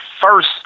first